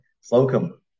Slocum